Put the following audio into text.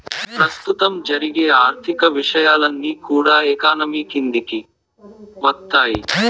ప్రస్తుతం జరిగే ఆర్థిక విషయాలన్నీ కూడా ఎకానమీ కిందికి వత్తాయి